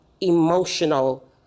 emotional